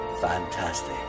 Fantastic